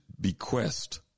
bequest